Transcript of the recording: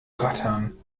rattern